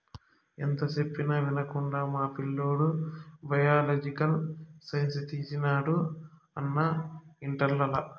ఎంత చెప్పినా వినకుండా మా పిల్లోడు బయలాజికల్ సైన్స్ తీసినాడు అన్నా ఇంటర్లల